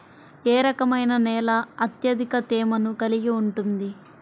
ఏ రకమైన నేల అత్యధిక తేమను కలిగి ఉంటుంది?